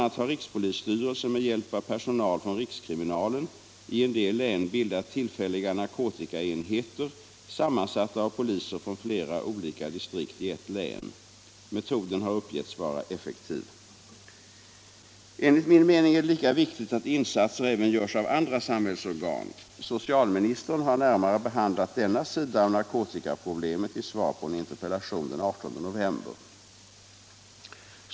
a. har rikspolisstyrelsen med hjälp av personal från rikskriminalen i en del län bildat tillfälliga narkotikaenheter, sammansatta av poliser från olika distrikt i ett län. Metoden har uppgetts vara effektiv. Enligt min mening är det lika viktigt att insatser även görs av andra samhällsorgan. Socialministern har närmare behandlat denna sida av narkotikaproblemet i svar på en interpellation den 18 november.